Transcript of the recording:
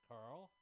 Carl